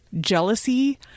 Jealousy